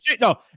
no